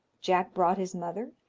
jack brought his mother,